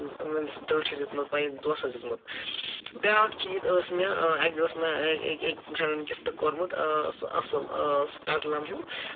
أمِس ٹٲٹھِس دیُمُت پَنٕنۍ دوٚستس دِیُتمُت بیاکھ چیٖز ٲسۍ مےٚ اَکہِ دۄہ ٲسۍ مےٚ أکۍ فرینڈَن گِفٹ کوٚرمُت ٲسۍ اَصٕل پٮ۪نڈلَم ہٮ۪وٚو